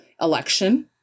election